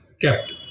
kept